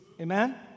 Amen